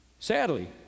sadly